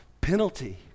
penalty